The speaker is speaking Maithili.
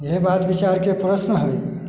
इएह बात विचारके प्रश्न हइ